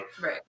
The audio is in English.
Right